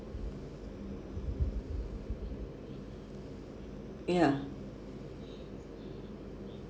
ya